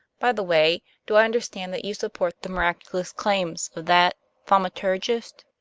by the way, do i understand that you support the miraculous claims of that thaumaturgist?